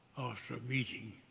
after a meeting